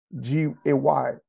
G-A-Y